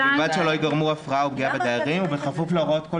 ובלבד שלא ייגמרו הפרעה או פגיעה בדיירים, ובכפוף